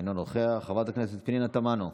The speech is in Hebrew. אינו נוכח, חברת הכנסת פנינה תמנו,